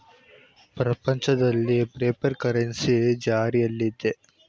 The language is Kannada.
ಪ್ರಪಂಚದಲ್ಲಿ ಪೇಪರ್ ಕರೆನ್ಸಿ ಜಾರಿಯಲ್ಲಿದೆ